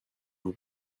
vous